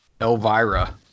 Elvira